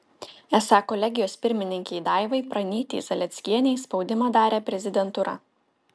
esą kolegijos pirmininkei daivai pranytei zalieckienei spaudimą darė prezidentūra